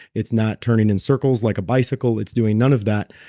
it's not turning in circles like a bicycle, it's doing none of that.